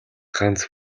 ганц